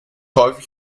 häufig